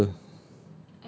you layan apa